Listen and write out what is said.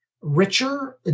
richer